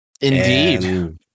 Indeed